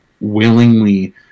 willingly